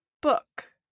book